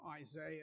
Isaiah